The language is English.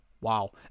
wow